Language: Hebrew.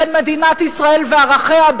בין מדינת ישראל וערכיה,